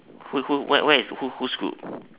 who who where where is who whose group